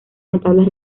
notables